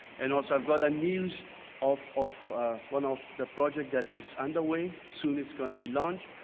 and also, i've got a news of of one of the project that is underway. soon it's going to be launched.